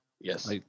Yes